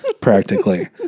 practically